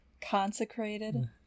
Consecrated